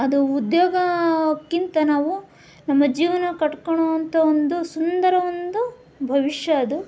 ಅದು ಉದ್ಯೋಗಕ್ಕಿಂತ ನಾವು ನಮ್ಮ ಜೀವನ ಕಟ್ಕೋಳೋವಂಥ ಒಂದು ಸುಂದರ ಒಂದು ಭವಿಷ್ಯ ಅದು